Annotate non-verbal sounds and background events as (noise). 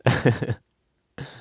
(noise)